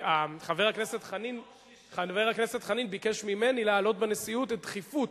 חבר הכנסת חנין ביקש ממני להעלות בנשיאות את דחיפות